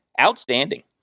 Outstanding